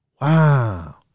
Wow